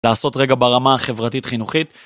לעשות רגע ברמה החברתית חינוכית.